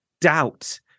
doubt